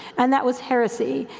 and that was heresy.